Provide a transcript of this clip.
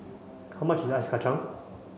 how much is Ice Kachang